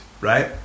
right